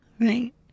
Right